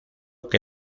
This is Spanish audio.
que